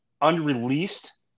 unreleased